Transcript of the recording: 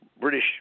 British